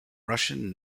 russian